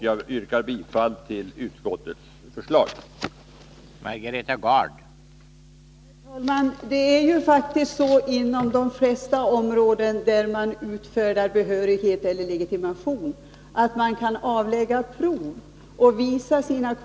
Jag yrkar bifall till utskottets hemställan.